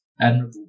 admirable